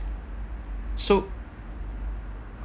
so